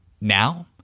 Now